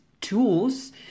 tools